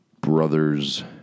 brother's